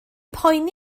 poeni